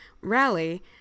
rally